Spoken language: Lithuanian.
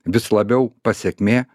vis labiau pasekmė